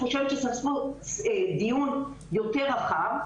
לכן, אני חושבת שצריך להיות דיון יותר רחב.